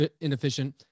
inefficient